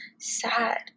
sad